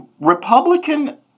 Republican